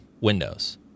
Windows